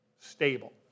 stable